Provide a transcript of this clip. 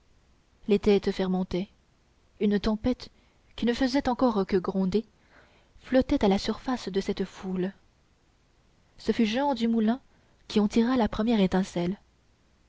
les têtes fermentaient une tempête qui ne faisait encore que gronder flottait à la surface de cette foule ce fut jehan du moulin qui en tira la première étincelle